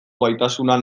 gaitasuna